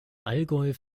allgäu